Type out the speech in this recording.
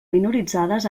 minoritzades